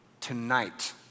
tonight